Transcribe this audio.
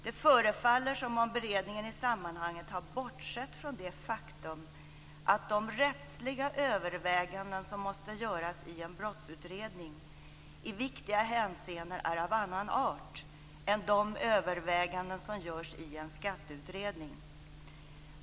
Det förefaller som om beredningen i sammanhanget har bortsett från det faktum att de rättsliga överväganden som måste göras i en brottsutredning i viktiga hänseenden är av annan art än de överväganden som görs i en skatteutredning.